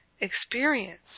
experience